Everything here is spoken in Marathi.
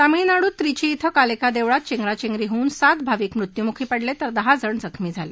तामिळनाडूत त्रिची धिं काल एका दक्कित चेंगराचेंगरी होऊन सात भाविक मृत्यूमुखी पडलतिर दहा जण जखमी झाल